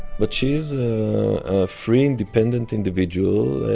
but she is a free, independent individual,